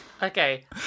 Okay